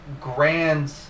grand